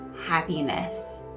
happiness